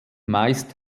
meist